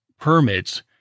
permits